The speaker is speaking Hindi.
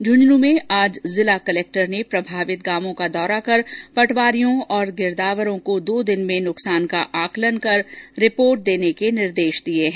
झुंझनूं में आज जिला कलेक्टर ने प्रभावित गांवों का दौर कर पटवारियों और गिरदावरों को दो दिन में नुकसान का आंकलन कर रिपोर्ट देने के निर्देश दिए हैं